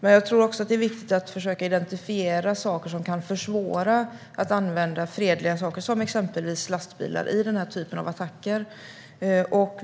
Men det är också viktigt att försöka identifiera saker som kan försvåra att använda fredliga saker, som exempelvis lastbilar, i den här typen av attacker.